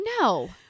no